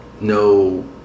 no